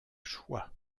choix